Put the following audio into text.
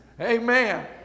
Amen